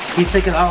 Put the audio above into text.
he's thinking,